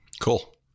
Cool